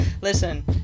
Listen